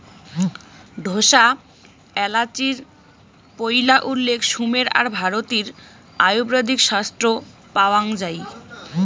ঢোসা এ্যালাচির পৈলা উল্লেখ সুমের আর ভারতীয় আয়ুর্বেদিক শাস্ত্রত পাওয়াং যাই